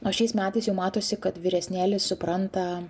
o šiais metais jau matosi kad vyresnėlis supranta